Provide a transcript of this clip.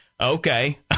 Okay